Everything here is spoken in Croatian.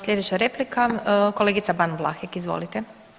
Slijedeća replika kolegica Ban Vlahek, izvolite.